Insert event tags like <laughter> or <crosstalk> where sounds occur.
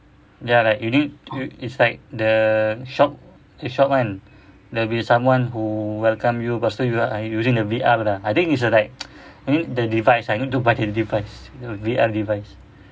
ya like you need it it's like the shop the shop kan there'll be someone who welcome you pastu ah you using the V_R lah I think it's a like <noise> the device ah you need to buy the device V_R device